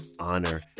honor